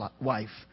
wife